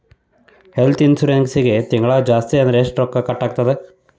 ಹೆಲ್ತ್ಇನ್ಸುರೆನ್ಸಿಗೆ ತಿಂಗ್ಳಾ ಜಾಸ್ತಿ ಅಂದ್ರ ಎಷ್ಟ್ ರೊಕ್ಕಾ ಕಟಾಗ್ತದ?